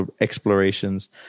explorations